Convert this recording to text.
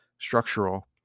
structural